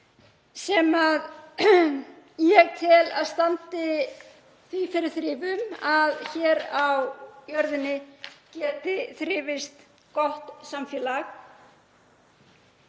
sem ég tel að standi því fyrir þrifum að hér á jörðinni geti þrifist gott samfélag.